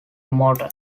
motor